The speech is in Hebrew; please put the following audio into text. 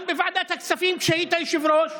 גם בוועדת הכספים, כשהיית יושב-ראש,